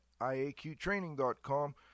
iaqtraining.com